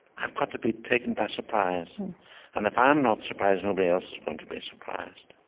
i've got to be taken by surprise and if i'm not surprised, nobody else is going to be surprised.